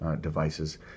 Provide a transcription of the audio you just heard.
devices